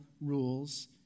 rules